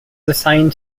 assigned